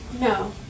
No